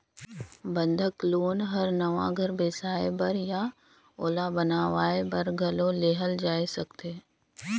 बंधक लोन हर नवा घर बेसाए बर या ओला बनावाये बर घलो लेहल जाय सकथे